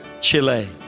Chile